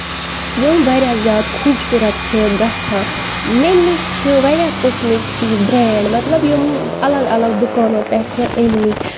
یِم واریاہ زیادٕ خوٗبصوٗرت چھِ گژھان مےٚ نِش چھِ واریاہ قٕسمٕکۍ برینڈ مطلب یِم اَلگ اَلگ دُکانو پٮ۪ٹھ مےٚ أنۍ مٕتۍ